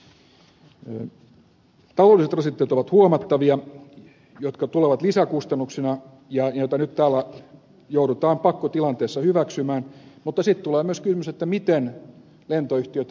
ne taloudelliset rasitteet ovat huomattavia jotka tulevat lisäkustannuksina ja joita nyt täällä joudutaan pakkotilanteessa hyväksymään mutta sitten tulee myös kysymys miten lentoyhtiötä johdetaan